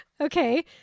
Okay